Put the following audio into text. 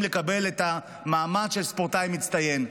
לקבל את המעמד של ספורטאי מצטיין.